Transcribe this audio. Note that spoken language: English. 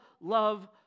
love